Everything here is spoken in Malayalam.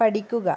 പഠിക്കുക